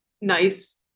nice